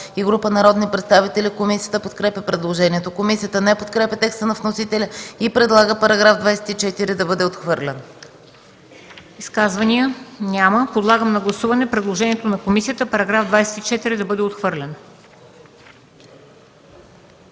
и група народни представители. Комисията подкрепя предложението. Комисията не подкрепя текста на вносителя и предлага § 24 да бъде отхвърлен. ПРЕДСЕДАТЕЛ МЕНДА СТОЯНОВА: Изказвания? Няма. Подлагам на гласуване предложението на комисията § 24 да бъде отхвърлен.